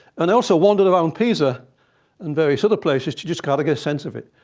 and i also wandered around pisa and various other places to just kind of get a sense of it.